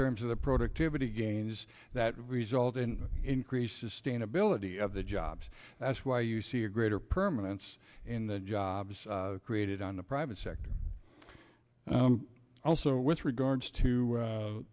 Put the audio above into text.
terms of the productivity gains that result in increased sustainability of the jobs that's why you see a greater permanence in the jobs created on the private sector also with regards to